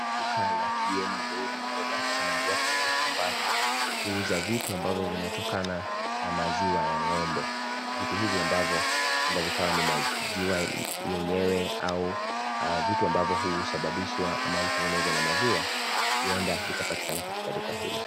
Duka la Kieni Dairy Products ni mojawapo ya duka ambazo huuza vitu ambavyo vinatokana na maziwa ya ng'ombe vitu hivi ambavyo huenda vikawa ni maziwa yenyewe au husababishwa kutengenezwa na maziwa huenda vikapatikana katika duka hili.